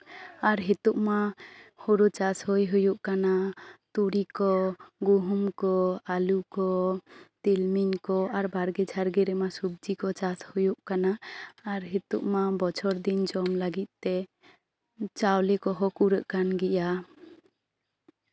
ᱟᱨ ᱱᱤᱛᱚᱜᱼᱢᱟ ᱦᱳᱲᱳ ᱪᱟᱥ ᱦᱩᱭ ᱦᱩᱭᱩᱜ ᱠᱟᱱᱟ ᱛᱩᱲᱤ ᱠᱚ ᱜᱩᱦᱩᱢ ᱠᱚ ᱟᱞᱩ ᱠᱚ ᱛᱤᱞᱢᱤᱧ ᱠᱚ ᱟᱨ ᱵᱟᱲᱜᱮ ᱡᱷᱟᱲᱜᱮ ᱨᱮᱢᱟ ᱥᱚᱵᱡᱤ ᱠᱚ ᱪᱟᱥ ᱦᱩᱭᱩᱜ ᱠᱟᱱᱟ ᱟᱨ ᱦᱤᱛᱚᱜ ᱢᱟ ᱵᱚᱪᱷᱚᱨ ᱫᱤᱱ ᱡᱚᱢ ᱞᱟᱹᱜᱤᱫ ᱛᱮ ᱪᱟᱣᱞᱮ ᱠᱚᱦᱚᱸ ᱠᱩᱲᱟᱹᱜ ᱠᱟᱱ ᱜᱮᱭᱟ